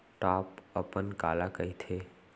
Top अपन काला कहिथे?